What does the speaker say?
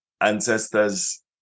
ancestors